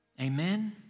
amen